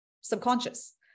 subconscious